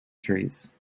trees